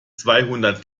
zweihundert